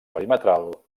perimetral